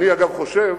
אני, אגב, חושב